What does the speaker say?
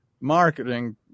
marketing